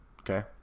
Okay